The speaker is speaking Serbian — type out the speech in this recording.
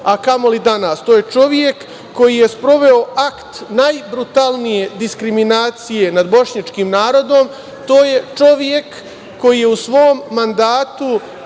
a kamoli danas. To je čovek koji je sproveo akt najbrutalnije diskriminacije nad bošnjačkim narodom. To je čovek koji je u svom mandatu